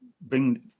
bring